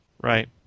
Right